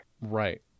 Right